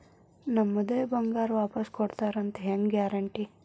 ನಮ್ಮದೇ ಬಂಗಾರ ವಾಪಸ್ ಕೊಡ್ತಾರಂತ ಹೆಂಗ್ ಗ್ಯಾರಂಟಿ?